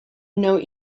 know